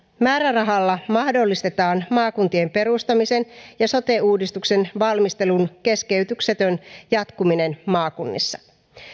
määrärahalla mahdollistetaan maakuntien perustamisen ja sote uudistuksen valmistelun keskeytyksetön jatkuminen maakunnissa